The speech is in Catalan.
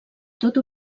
tot